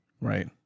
Right